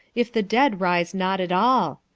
if the dead rise not at all?